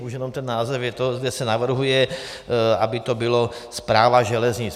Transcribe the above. Už jenom ten název je to, kde se navrhuje, aby to bylo Správa železnic.